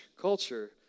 culture